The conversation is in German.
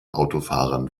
autofahrern